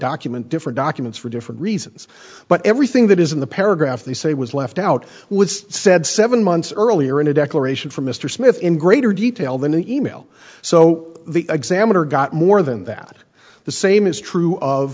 document different documents for different reasons but everything that is in the paragraph they say was left out was said seven months earlier in a declaration from mr smith in greater detail than the e mail so the examiner got more than that the same is true of